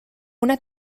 una